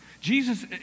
Jesus